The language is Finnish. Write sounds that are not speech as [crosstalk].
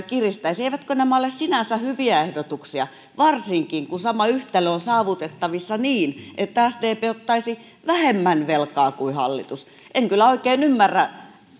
[unintelligible] kiristettäisi eivätkö nämä ole sinänsä hyviä ehdotuksia varsinkin kun sama yhtälö on saavutettavissa niin että sdp ottaisi vähemmän velkaa kuin hallitus en kyllä oikein ymmärrä